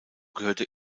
gehörte